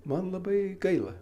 man labai gaila